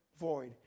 void